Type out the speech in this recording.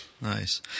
Nice